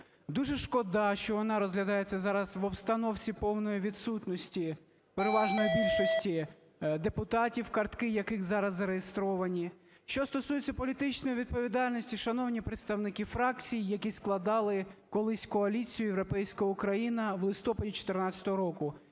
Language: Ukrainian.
Дуже шкода, що вона розглядається зараз в обстановці повної відсутності переважної більшості депутатів, картки яких зараз зареєстровані. Що стосується політичної відповідальності. Шановні представники фракцій, які складали колись коаліцію "Європейська Україна", в листопаді 2014 року,